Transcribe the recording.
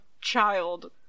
child